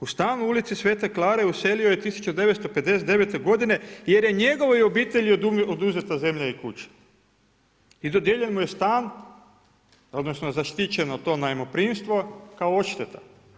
U stanu u Ulici sv. Klare uselio je 1959. godine jer je njegovoj obitelj oduzeta zemlja i kuća i dodijeljen mu je stan odnosno zaštićeno to najmoprimstvo kao odšteta.